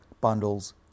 bundles